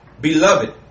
Beloved